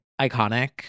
Iconic